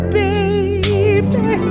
baby